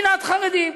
שנאת חרדים.